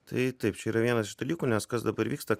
tai taip čia yra vienas iš dalykų nes kas dabar vyksta